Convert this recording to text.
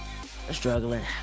struggling